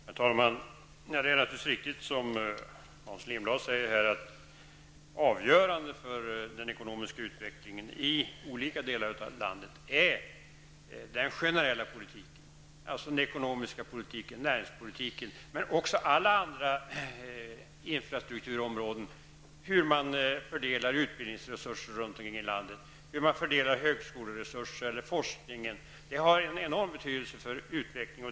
Herr talman! Det är naturligtvis riktigt som Hans Lindblad säger att den generella politiken är avgörande för den ekonomiska utvecklingen i olika delar av landet, dvs. den ekonomiska politiken, näringspolitiken men också alla andra infrastrukturområden, hur man fördelar utbildningsresurser runt om i landet, hur man fördelar högskoleresurser och forskningsresurser. Detta har en enorm betydelse för utvecklingen.